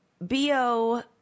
BO